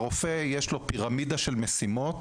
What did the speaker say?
לרופא יש פירמידה של משימות.